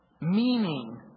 meaning